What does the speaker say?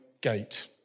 gate